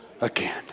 again